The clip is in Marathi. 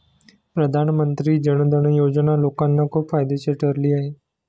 प्रधानमंत्री जन धन योजना लोकांना खूप फायदेशीर ठरली आहे